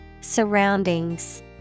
Surroundings